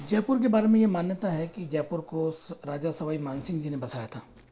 जयपुर के बारे में यह मान्यता है कि जयपुर कोस राजा सवाई मान सिंह जी ने बसाया था